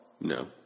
No